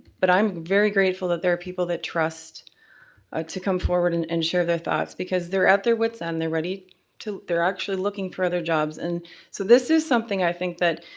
but, i'm very grateful that there are people that trust ah to come forward and to share their thoughts. because they're at their wits end, they're ready to, they're actually looking for other jobs. and so this is something, i think that,